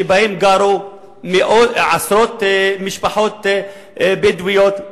שבהם גרו עשרות משפחות בדואיות,